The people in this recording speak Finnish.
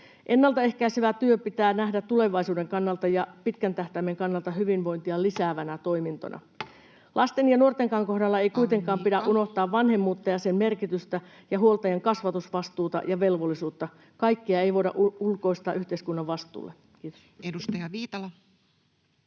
Ennalta ehkäisevä työ pitää nähdä tulevaisuuden kannalta ja pitkän tähtäimen kannalta hyvinvointia lisäävänä toimintona. Lasten ja nuortenkaan kohdalla ei kuitenkaan [Puhemies: Aika!] pidä unohtaa vanhemmuutta ja sen merkitystä ja huoltajien kasvatusvastuuta ja velvollisuutta. Kaikkea ei voida ulkoistaa yhteiskunnan vastuulle. — Kiitos. Edustaja Viitala.